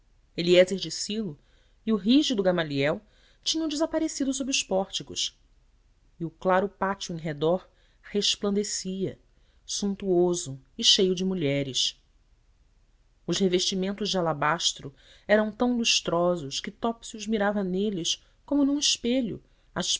nus eliézer de silo e o rígido gamaliel tinham desaparecido sob os pórticos e o claro pátio em redor resplandecia suntuoso e cheio de mulheres os revestimentos de alabastro eram tão lustrosos que topsius mirava neles como num espelho as